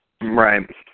Right